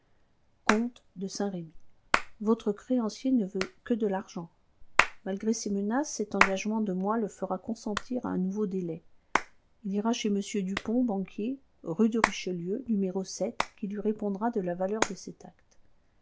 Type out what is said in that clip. comte de saint-remy votre créancier ne veut que de l'argent malgré ses menaces cet engagement de moi le fera consentir à un nouveau délai il ira chez m dupont banquier rue de richelieu n qui lui répondra de la valeur de cet acte